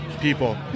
people